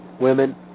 Women